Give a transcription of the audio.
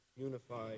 unified